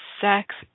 sex